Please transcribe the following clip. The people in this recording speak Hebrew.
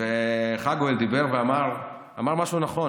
חגואל דיבר ואמר משהו נכון.